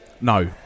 no